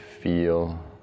feel